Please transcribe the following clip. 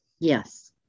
Yes